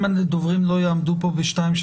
אם הדוברים לא יעמדו פה בשתיים,